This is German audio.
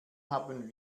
haben